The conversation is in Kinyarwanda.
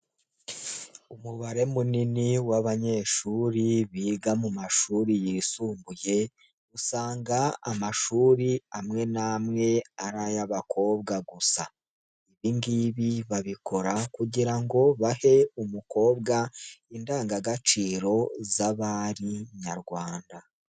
Umubare munini w'abanyeshuri biga mu mashuri yisumbuye, usanga amashuri amwe n'amwe ari ay'abakobwa gusa. Ibingibi babikora kugira ngo bahe umukobwa, indangagaciro z'abari nyarwanda.